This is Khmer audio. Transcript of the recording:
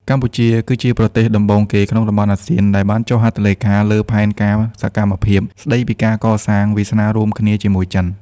កម្ពុជាគឺជាប្រទេសដំបូងគេក្នុងតំបន់អាស៊ានដែលបានចុះហត្ថលេខាលើផែនការសកម្មភាពស្ដីពីការកសាង "វាសនារួមគ្នា" ជាមួយចិន។